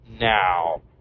now